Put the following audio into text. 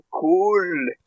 cool